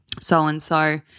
So-and-so